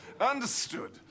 Understood